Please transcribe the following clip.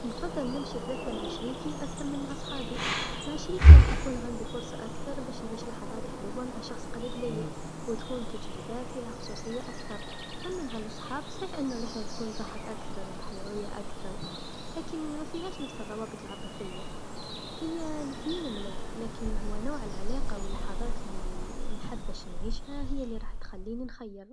نفضل نمشي في رحله مع شريكي أكثر من مع صحابي، مع شريكي راح يكون عندي فرصه أكثر باش نعيش لحظات حلوه مع شخص قريب ليا و تكون تجربه فيها خصوصيه أكثر، أما مع لصحاب صحيح أنو الرحله تكون ضحك أكثر و حيويه أكثر لكن مافيهاش نفس الروابط العاطفيه، هي لثنين ملاح لكن هو نوع العلاقه و اللحظات لي نحب باش نعيشها هي لراح تخليني نخير.